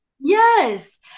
Yes